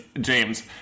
James